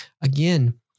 again